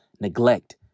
neglect